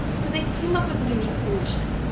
so, they came up with a unique solution.